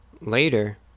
later